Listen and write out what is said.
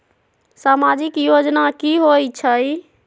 समाजिक योजना की होई छई?